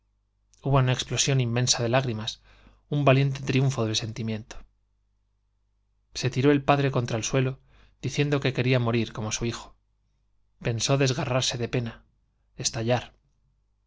una explosión inmensa de lágrimas un valiente triunfo del sentimiento se tiró el padre contra el suelo diciendo que quería morir como su hijo pensó desgarrarse de pena estallar